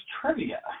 trivia